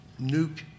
nuke